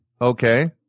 Okay